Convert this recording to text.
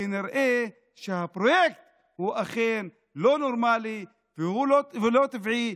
כנראה שהפרויקט הוא אכן לא נורמלי ולא טבעי,